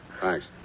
Thanks